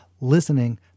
Listening